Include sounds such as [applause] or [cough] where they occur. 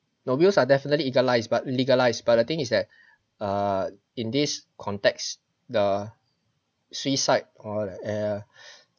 no wills are definitely ~egalised but legalised but the thing is that err in this context the suicide or like uh [breath]